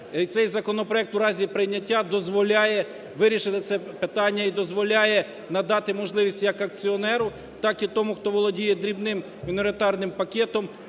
цей законопроект, в разі прийняття, дозволяє вирішити це питання і дозволяє надати можливість як акціонеру, так і тому, хто володіє дрібним міноритарним пакетом,